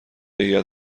هیات